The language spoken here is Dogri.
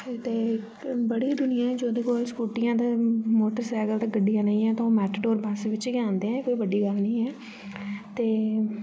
ते बड़ी दुनिया ऐ जोह्दे कोल स्कूटियां ते मोटरसाइकल न गड्डियां नेईं ऐ ते ओह् मेटाडोर बस बिच्च गै आंदे कोई बड्डी गल्ल नी ऐ ते